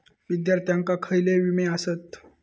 विद्यार्थ्यांका खयले विमे आसत?